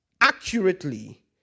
accurately